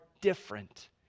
different